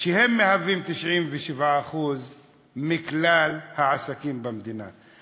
שהם 97% מכלל העסקים במדינה.